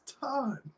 time